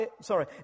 sorry